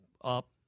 up